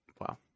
Wow